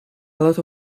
lot